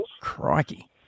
Crikey